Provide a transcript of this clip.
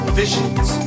visions